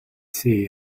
see